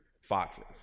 foxes